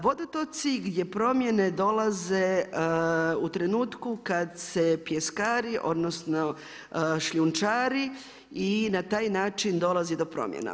Vodotoci gdje promjene dolaze u trenutku kad se pjeskari, odnosno, šljunčari i na taj način dolazi do promjena.